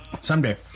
Someday